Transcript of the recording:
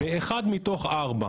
באחד מתוך ארבעה,